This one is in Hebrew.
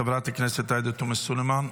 חברת הכנסת עאידה תומא סלימאן,